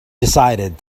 decided